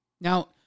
Now